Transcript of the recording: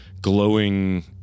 glowing